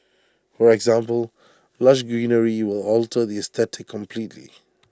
for example lush greenery will alter the aesthetic completely